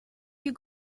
you